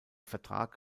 vertrag